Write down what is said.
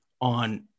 on